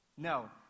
No